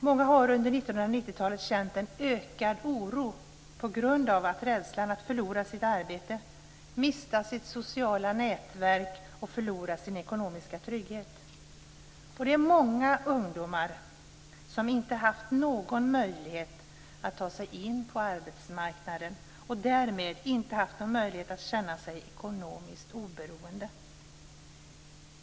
Många har under 1990 talet känt en ökad oro på grund av rädslan att förlora sitt arbete, mista sitt sociala nätverk och förlora sin ekonomiska trygghet. Det är många ungdomar som inte haft någon möjlighet att ta sig in på arbetsmarknaden och därmed inte haft någon möjlighet att känna sig ekonomiskt oberoende.